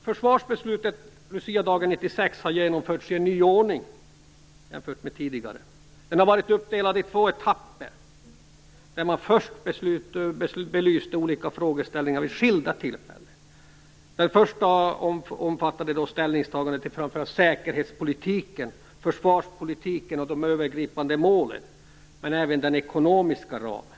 Försvarsbeslutet luciadagen 1996 har genomförts med en ny ordning jämfört med tidigare. Den har varit uppdelad i två etapper. Man belyste först olika frågeställningar vid skilda tillfällen. Den första etappen omfattade ställningstaganden till säkerhetspolitiken, försvarspolitiken och de övergripande målen, men även den ekonomiska ramen.